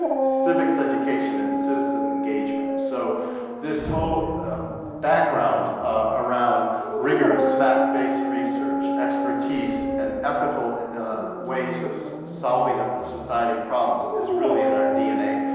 civics education and citizen engagement. so this whole background around rigorous fact-based research, expertise and ethical ways of solving ah society's problems is really in our dna.